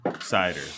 cider